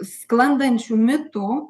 sklandančių mitų